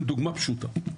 אני אתן דוגמה פשוטה,